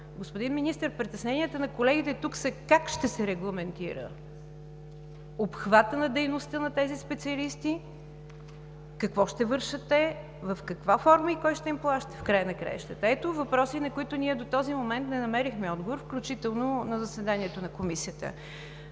господин Министър, притесненията на колегите тук са как ще се регламентира обхватът на дейността на тези специалисти, какво ще вършат те, в каква форма и кой ще им плаща? Ето въпроси, на които ние до този момент не намерихме отговор, включително на заседанието на Комисията.